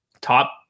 top